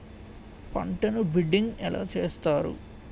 పంటను బిడ్డింగ్ ఎలా చేస్తారు?